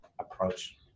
approach